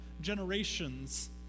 generations